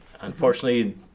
Unfortunately